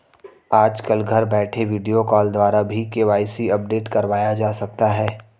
आजकल घर बैठे वीडियो कॉल द्वारा भी के.वाई.सी अपडेट करवाया जा सकता है